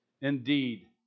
indeed